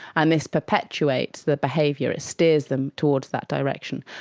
and this perpetuates the behaviour, it steers them towards that direction.